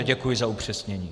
Děkuji za upřesnění.